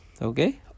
okay